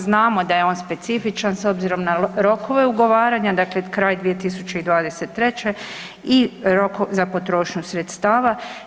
Znamo da je on specifičan s obzirom na rokove ugovaranja, dakle kraj 2023. i rok za potrošnju sredstava.